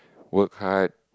work hard